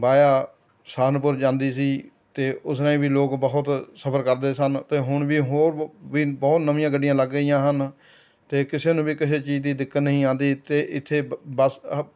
via Shanpur ਜਾਂਦੀ ਸੀ ਅਤੇ ਉਸ ਰਾਹੀਂ ਵੀ ਲੋਕ ਬਹੁਤ ਸਫਰ ਕਰਦੇ ਸਨ ਅਤੇ ਹੁਣ ਵੀ ਹੋਰ ਵੀ ਬਹੁਤ ਨਵੀਆਂ ਗੱਡੀਆਂ ਲੱਗ ਗਈਆਂ ਹਨ ਅਤੇ ਕਿਸੇ ਨੂੰ ਵੀ ਕਿਸੇ ਚੀਜ਼ ਦੀ ਦਿੱਕਤ ਨਹੀਂ ਆਉਂਦੀ ਅਤੇ ਇੱਥੇ ਬ ਬੱਸ ਹ